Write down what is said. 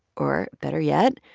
or, better yet,